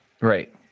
Right